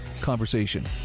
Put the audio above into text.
conversation